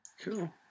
Cool